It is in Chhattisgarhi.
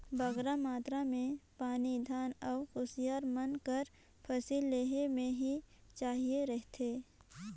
बगरा मातरा में पानी धान अउ कुसियार मन कर फसिल लेहे में ही चाहिए रहथे